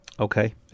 Okay